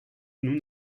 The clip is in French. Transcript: nous